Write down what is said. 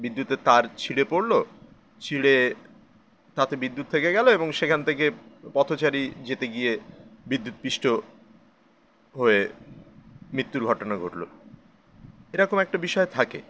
বিদ্যুতের তার ছিঁড়ে পড়লো ছিঁড়ে তাতে বিদ্যুৎ থেকে গেল এবং সেখান থেকে পথচারী যেতে গিয়ে বিদ্যুৎ পৃষ্ঠ হয়ে মৃত্যুর ঘটনা ঘটলো এরকম একটা বিষয় থাকে